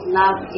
love